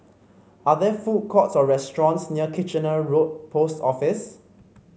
are there food courts or restaurants near Kitchener Road Post Office